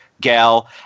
gal